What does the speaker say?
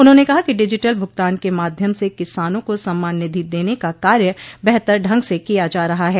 उन्होंने कहा कि डिजिटल भूगतान के माध्यम से किसानों को सम्मान निधि देने का कार्य बेहतर ढंग से किया जा रहा है